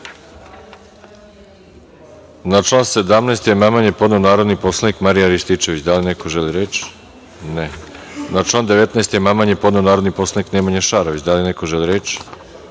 Na član 17. amandman je podneo narodni poslanik Marijan Rističević. Da li neko želi reč? (Ne.)Na član 19. amandman je podneo narodni poslanik Nemanja Šarović. Da li neko želi reč?